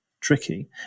tricky